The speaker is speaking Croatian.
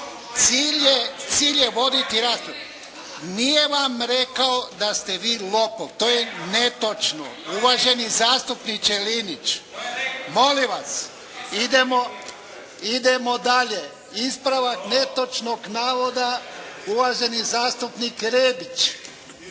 Cilj je voditi raspravu. Nije vam rekao da ste vi lopov. To je netočno uvaženi zastupniče Linić! Molim vas! Idemo dalje. Ispravak netočnog navoda, uvaženi zastupnik Rebić.